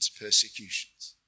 persecutions